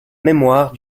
mémoire